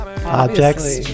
Objects